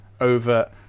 over